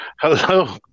hello